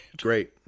Great